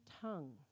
tongue